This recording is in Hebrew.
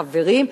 חברים,